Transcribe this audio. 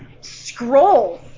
scroll